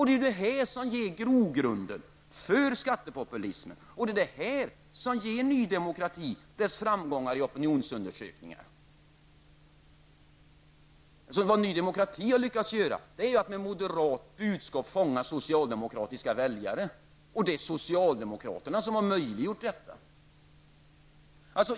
Det är detta som ger grogrund för skattepopulism och ger Ny Demokrati dess framgångar i opinionsundersökningarna. Vad Ny Demokrati har lyckats göra är att med ett moderat budskap fånga socialdemokratiska väljare, och det är socialdemokraterna som har möjliggjort detta.